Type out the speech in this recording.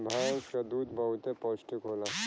भैंस क दूध बहुते पौष्टिक होला